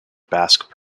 basque